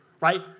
right